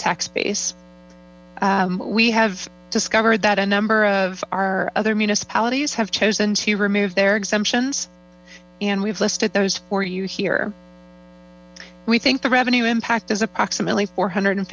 tax base we have discovered that a number of our other municipalities have chosen to remove their exemptions and we've listed those for you here we think the revenue impact is apapoximimelyy four hundred and